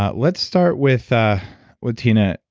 ah let's start with ah with tina.